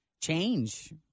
change